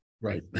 Right